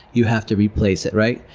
you have to replace it, right?